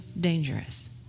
dangerous